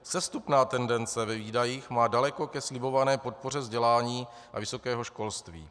Sestupná tendence ve výdajích má daleko ke slibované podpoře vzdělání a vysokého školství.